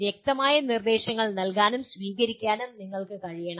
വ്യക്തമായ നിർദ്ദേശങ്ങൾ നൽകാനും സ്വീകരിക്കാനും നിങ്ങൾക്ക് കഴിയണം